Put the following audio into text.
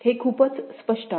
हे खूपच स्पष्ट आहे